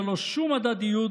ללא שום הדדיות,